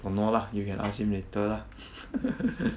oh no lah you can ask him later lah